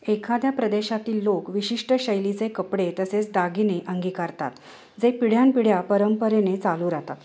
एखाद्या प्रदेशातील लोक विशिष्ट शैलीचे कपडे तसेच दागिने अंगिकारतात जे पिढ्यानपिढ्या परंपरेने चालू राहतात